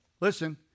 Listen